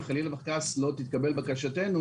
אם חלילה חס לא תתקבל בקשתנו,